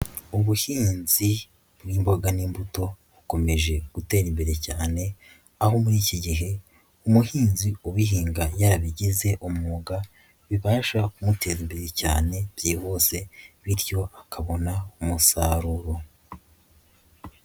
Ubuhinzi bw'imboga n'imbuto bukomeje gutera imbere cyane, aho muri iki gihe umuhinzi ubihinga yarabigize umwuga, bibasha kumuteza imbere cyane byihuse bityo akabona umusaruro.